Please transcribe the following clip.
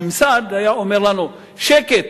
הממסד היה אומר לנו: שקט,